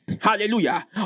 Hallelujah